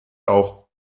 auch